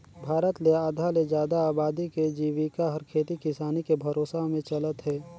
भारत ले आधा ले जादा अबादी के जिविका हर खेती किसानी के भरोसा में चलत हे